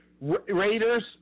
Raiders